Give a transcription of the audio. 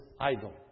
idol